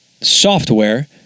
software